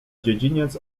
dziedziniec